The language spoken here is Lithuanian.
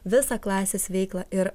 visą klasės veiklą ir